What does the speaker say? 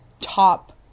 top